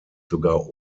sogar